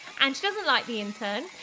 and she doesn't like the intern.